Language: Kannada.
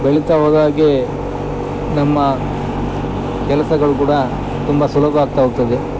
ಬೆಳಿತಾ ಹೋದ ಆಗೇ ನಮ್ಮ ಕೆಲಸಗಳು ಕೂಡ ತುಂಬ ಸುಲಭ ಆಗ್ತಾ ಹೋಗ್ತದೆ